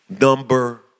Number